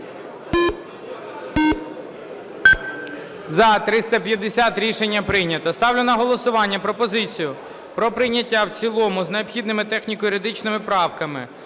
За-350 Рішення прийнято. Ставлю на голосування пропозицію про прийняття в цілому з необхідними техніко-юридичними правками